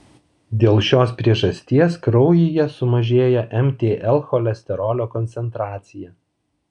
dėl šios priežasties kraujyje sumažėja mtl cholesterolio koncentracija